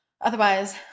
Otherwise